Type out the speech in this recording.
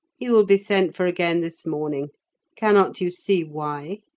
he will be sent for again this morning cannot you see why?